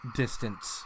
distance